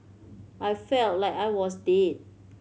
I felt like I was dead